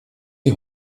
die